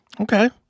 Okay